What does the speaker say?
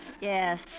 Yes